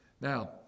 Now